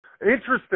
Interesting